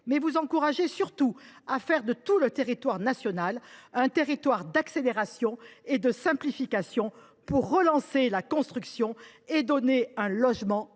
en vous encourageant à faire de tout le territoire national un territoire d’accélération et de simplification pour relancer la construction et donner un logement à l’ensemble